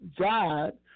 God